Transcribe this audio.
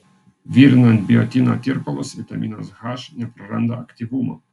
virinant biotino tirpalus vitaminas h nepraranda aktyvumo